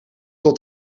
tot